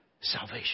salvation